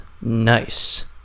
Nice